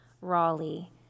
Raleigh